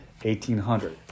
1800